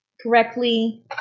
correctly